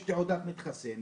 יש תעודת מתחסן,